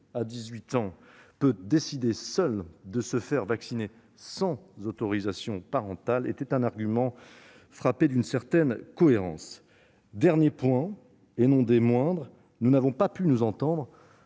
et 18 ans peut décider seul de se faire vacciner sans autorisation parentale, est frappé d'une certaine cohérence. Dernier point et non des moindres : nous n'avons pas pu nous entendre